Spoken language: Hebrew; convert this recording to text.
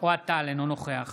אוהד טל, אינו נוכח